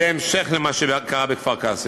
זה המשך למה שקרה בכפר-קאסם.